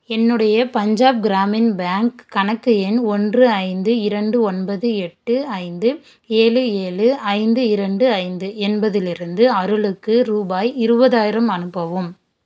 என்னுடைய பஞ்சாப் கிராமின் பேங்க் கணக்கு எண் ஒன்று ஐந்து இரண்டு ஒன்பது எட்டு ஐந்து ஏழு ஏழு ஐந்து இரண்டு ஐந்து என்பதிலிருந்து அருளுக்கு ரூபாய் இருபதாயிரம் அனுப்பவும்